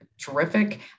Terrific